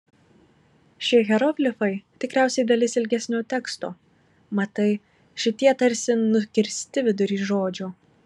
šie hieroglifai tikriausiai dalis ilgesnio teksto matai šitie tarsi nukirsti vidury žodžio